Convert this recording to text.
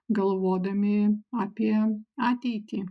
galvodami apie ateitį